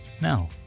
Now